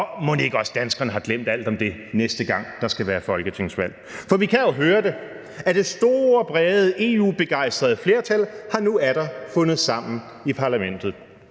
og mon ikke også danskerne har glemt alt om det, næste gang der skal være folketingsvalg? For vi kan jo høre, at det store, brede EU-begejstrede flertal nu atter har fundet sammen i parlamentet.